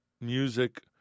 music